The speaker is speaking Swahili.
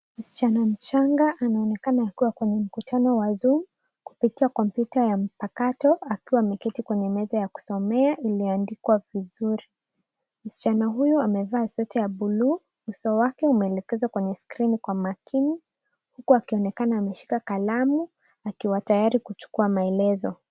Msichana mchanga anaonekana akiwa kwenye mkutano wa zoom ,kupitia komputa ya mpakato, akiwa ameketi kwenye meza ya kusomea iliyoandikwa vizuri. Msichana huyu amevaa sweta ya buluu, uso wake umeelekezwa kwenye skrini kwa makini, huku akionekana ameshika kalamu akiwa tayari kuchukua maelezo.